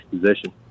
position